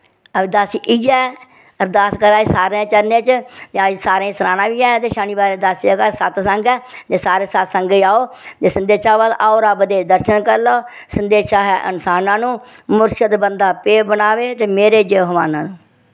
अवदस इयै अरदास करा दे सारें दे चरणें च ते अज्ज सारें सनाना बी ऐ के शनिवार दासी दे घर सतसंग ऐ ते सारे सतसंगे आओ आओ रब दे दर्शन कर लाओ संदेशा ऐ इन्सानां नू मुरशद बंदा पे बनावे ते मेरे जेह् नू